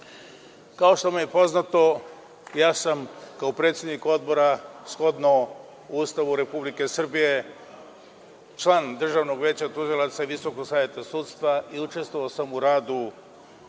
što vam je poznato, ja sam, kao predsednik Odbora shodno Ustavu Republike Srbije, član Državnog veća tužilaca Visokog saveta sudstva i učestvovao sam u radu